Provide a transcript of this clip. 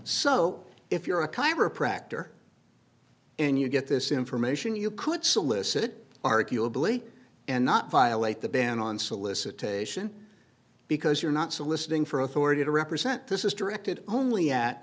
so if you're a chiropractor and you get this information you could solicit arguably and not violate the ban on solicitation because you're not soliciting for authority to represent this is directed only at